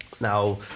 Now